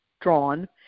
drawn